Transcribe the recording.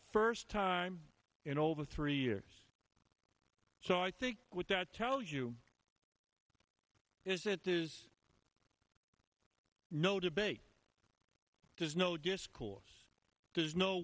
first time in over three years so i think what that tells you is that there's no debate there's no discourse there's no